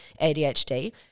ADHD